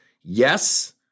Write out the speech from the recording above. Yes